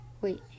Wait